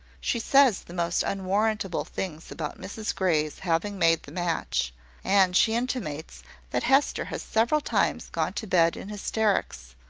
she says the most unwarrantable things about mrs grey's having made the match and she intimates that hester has several times gone to bed in hysterics,